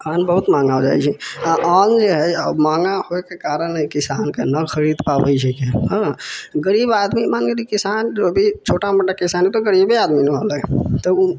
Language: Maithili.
अन्न बहुत महँगा हो जाइ छै आ अन्न जे है महँगा होइके कारन है किसान के न खरीद पाबै छै हँ गरीब आदमी मानके किसान रबी छोटा मोटा किसान ओ तऽ गरीबे आदमी न होलै तऽ ओ